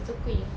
so 贵